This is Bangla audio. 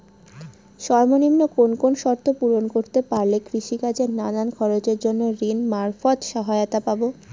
সর্বনিম্ন কোন কোন শর্ত পূরণ করতে পারলে কৃষিকাজের নানান খরচের জন্য ঋণ মারফত সহায়তা পাব?